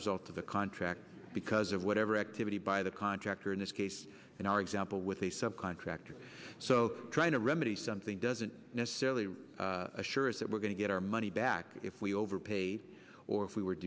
result of the contract because of whatever activity by the contractor in this case in our example with a subcontractor so trying to remedy something doesn't necessarily assure us that we're going to get our money back if we overpay or if we were